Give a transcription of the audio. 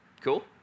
Cool